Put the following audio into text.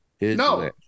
No